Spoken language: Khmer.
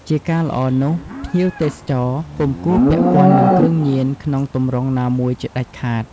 ជាការល្អនោះ ភ្ញៀវទេសចរពុំគួរពាក់ព័ន្ធនឹងគ្រឿងញៀនក្នុងទម្រង់ណាមួយជាដាច់ខាត។